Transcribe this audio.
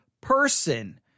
person